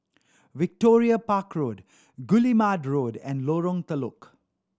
Victoria Park Road Guillemard Road and Lorong Telok